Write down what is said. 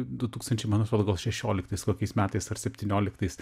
du tūkstančiai mano atrodo gal šešioliktais kokiais metais ar septynioliktais